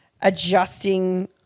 adjusting